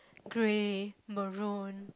grey maroon